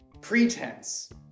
pretense